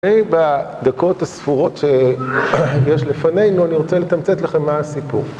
בדקות הספורות שיש לפנינו, אני רוצה לתמצת לכם מה הסיפור.